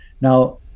Now